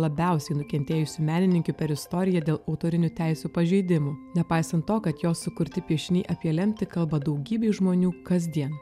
labiausiai nukentėjusių menininkių per istoriją dėl autorinių teisių pažeidimų nepaisant to kad jos sukurti piešiniai apie lemtį kalba daugybei žmonių kasdien